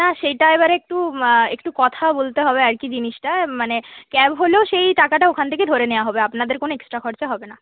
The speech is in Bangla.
না সেটা এবারে একটু একটু কথা বলতে হবে আর কি জিনিসটা মানে ক্যাব হলেও সেই টাকাটা ওখান থেকে ধরে নেওয়া হবে আপনাদের কোনো এক্সট্রা খরচা হবে না